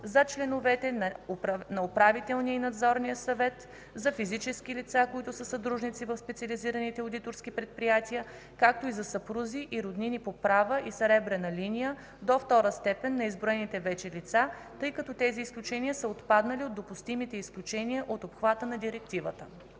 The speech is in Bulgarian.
за членове на управителния и надзорния съвет, за физически лица, които са съдружници в специализираните одиторски предприятия, както и за съпрузи и роднини по права и по съребрена линия до втора степен на изброените вече лица, тъй като тези изключения са отпаднали от допустимите изключения от обхвата на Директивата.